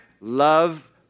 love